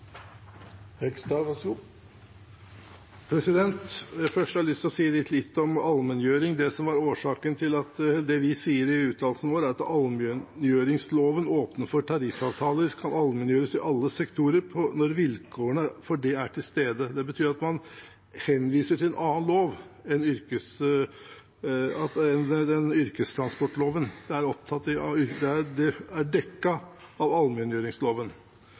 Først har jeg lyst å si litt om allmenngjøring. Det vi sier i uttalelsen vår, er at «allmenngjøringsloven åpner for at tariffavtaler kan allmenngjøres i alle sektorer når vilkårene for det er til stede». Det betyr at man henviser til en annen lov enn yrkestransportloven. Det er dekket av allmenngjøringsloven. Punkt to: Det som dette egentlig dreier seg om, er f.eks. tilfellet med bussen som i